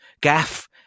gaff